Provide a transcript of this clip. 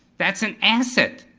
that's an asset.